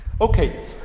Okay